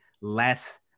less